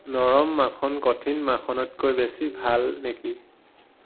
নৰম মাখন কঠিন মাখনতকৈ বেছি ভাল নেকি